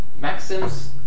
Maxims